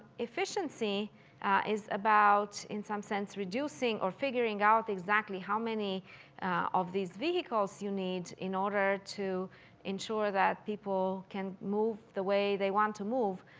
efficiency is about in some sense reducing or figuring out exactly how many of these vehicles you need in order to ensure that people can move the way they want to move.